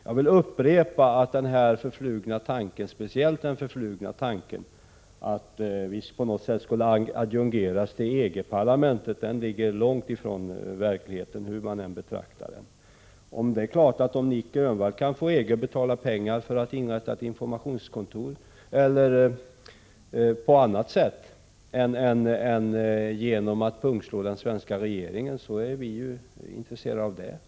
Jag vill upprepa att speciellt den förflugna tanken att vi politiker på något sätt skulle adjungeras till EG-parlamentet ligger långt ifrån verkligheten, hur man än ser på den frågan. Men om Nic Grönvall kan få EG att betala för att inrätta ett informationskontor eller om han kan få till stånd ett sådant på annat sätt än genom att pungslå den svenska regeringen, då är vi självfallet intresserade av detta.